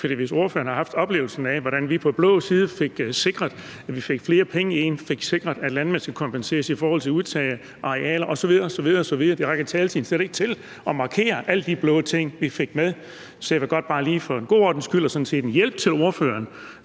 hvis ordføreren havde oplevet, hvordan vi fra blå side fik sikret, at vi fik flere penge ind, og sikret, at landmænd skal kompenseres for udtag af arealer osv. osv. – taletiden rækker slet ikke til at markere alle de blå ting, vi fik med. Så jeg vil godt bare lige for god ordens skyld og sådan set som en hjælp til ordføreren